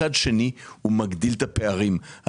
מצד שני, הוא מגדיל את הפערים.